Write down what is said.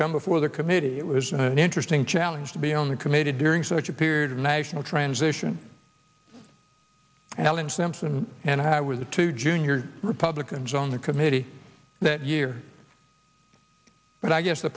come before the committee it was an interesting challenge to be on the committed during such a period national transition and alan simpson and i were the two junior republicans on the committee that year but i guess the